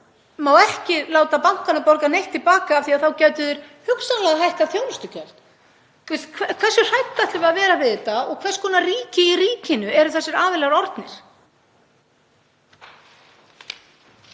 má ekki láta bankana borga neitt til baka af því að þá gætu þeir hugsanlega hækkað þjónustugjöld. Hversu hrædd ætlum við að vera við þetta og hvers konar ríki í ríkinu eru þessir aðilar orðnir?